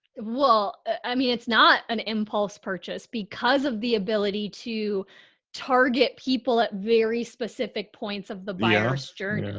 well, i mean it's not an impulse purchase because of the ability to target people at very specific points of the buyer's journey.